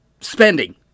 spending